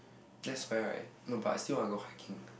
that's very right no but I still want to go hiking